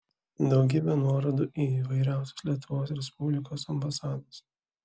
daugybė nuorodų į įvairiausias lietuvos respublikos ambasadas